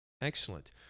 Excellent